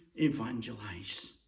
evangelize